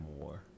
more